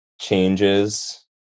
changes